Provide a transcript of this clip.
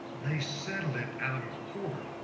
they settled it out of court.